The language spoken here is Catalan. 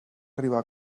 arribar